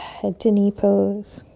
head to knee pose.